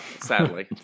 sadly